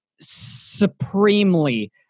supremely